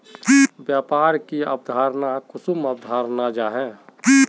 व्यापार की अवधारण कुंसम अवधारण जाहा?